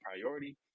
priority